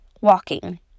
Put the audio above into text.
walking